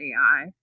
AI